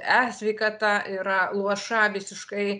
e sveikata yra luoša visiškai